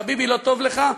חביבי, לא טוב לך?